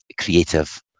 creative